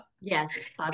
Yes